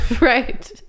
Right